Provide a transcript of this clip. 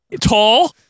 Tall